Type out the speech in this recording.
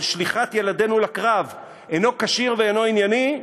שליחת ילדינו לקרב אינו כשיר ואינו ענייני,